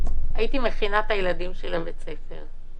הייתי מכינה את הילדים שלי לבית ספר.